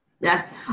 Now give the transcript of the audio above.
Yes